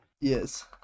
Yes